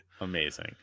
Amazing